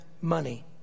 money